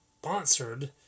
Sponsored